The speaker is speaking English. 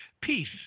peace